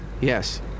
Yes